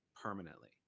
permanently